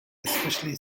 especially